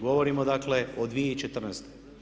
Govorimo dakle o 2014.